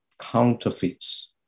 counterfeits